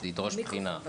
זה ידרוש תקינה.